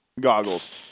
goggles